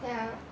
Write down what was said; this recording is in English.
ya